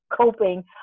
coping